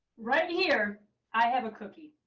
right here i have a cookie.